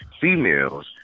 females